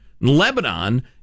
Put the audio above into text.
Lebanon